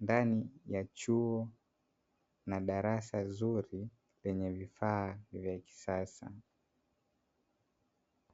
ndani ya chuo na darasa zuri lenye vifaa vya kisasa.